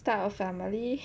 start a family